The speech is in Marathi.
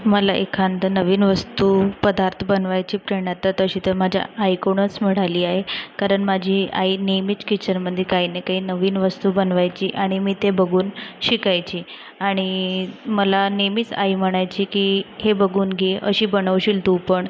मला एखादं नवीन वस्तू पदार्थ बनवायची प्रेरणा तर तशी तर माझ्या आईकूणच मिळाली आहे कारण माझी आई नेहमीच किचनमंदी काही ना काही नवीन वस्तू बनवायची आणि मी ते बघून शिकायची आणि मला नेहमीच आई म्हणायची की हे बगून घे अशी बनवशील तू पण